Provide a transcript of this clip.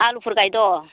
आलुफोर गायद